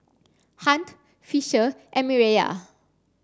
Hunt Fisher and Mireya